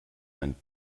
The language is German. ein